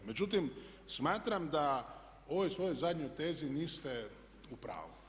Međutim, smatram da u ovoj svojoj zadnjoj tezi niste u pravu.